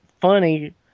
funny